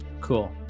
Cool